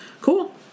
cool